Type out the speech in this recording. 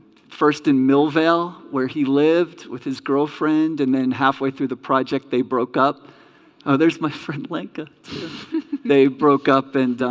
first in millvale where he lived with his girlfriend and then halfway through the project they broke up there's my friend lincoln they broke up and